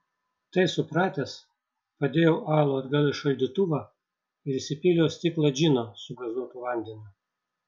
tai supratęs padėjau alų atgal į šaldytuvą ir įsipyliau stiklą džino su gazuotu vandeniu